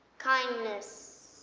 kindness.